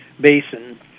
basin